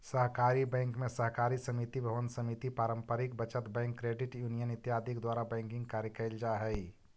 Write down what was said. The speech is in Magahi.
सहकारी बैंक में सहकारी समिति भवन समिति पारंपरिक बचत बैंक क्रेडिट यूनियन इत्यादि के द्वारा बैंकिंग कार्य कैल जा हइ